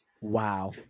wow